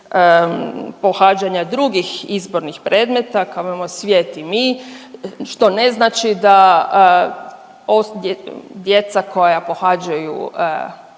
pohađanja drugih izbornih predmeta … Svijet i mi što ne znači da djeca koja pohađaju